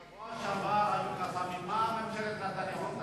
בשבוע שעבר היו "קסאמים", מה עשתה ממשלת נתניהו?